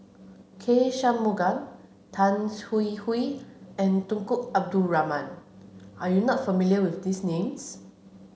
K Shanmugam Tan Hwee Hwee and Tunku Abdul Rahman are you not familiar with these names